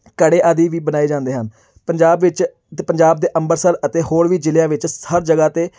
ਕੜੇ ਆਦਿ ਵੀ ਬਣਾਏ ਜਾਂਦੇ ਹਨ ਪੰਜਾਬ ਵਿੱਚ ਅਤੇ ਪੰਜਾਬ ਦੇ ਅੰਮ੍ਰਿਤਸਰ ਅਤੇ ਹੋਰ ਵੀ ਜ਼ਿਲ੍ਹਿਆਂ ਵਿੱਚ ਹਰ ਜਗ੍ਹਾ 'ਤੇ